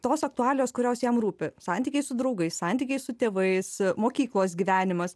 tos aktualijos kurios jam rūpi santykiai su draugais santykiai su tėvais mokyklos gyvenimas